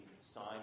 sign